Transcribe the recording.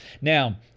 Now